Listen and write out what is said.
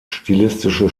stilistische